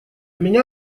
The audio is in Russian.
меня